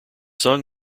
sung